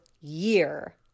year